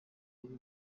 ibi